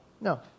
No